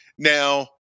Now